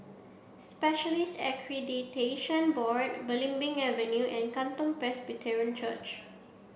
Specialists Accreditation Board Belimbing Avenue and Katong Presbyterian Church